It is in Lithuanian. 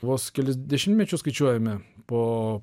vos kelis dešimtmečius skaičiuojame po